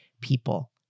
people